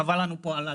חבל לנו פה על הזמן.